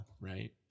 right